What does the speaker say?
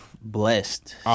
blessed